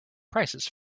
prices